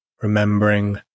remembering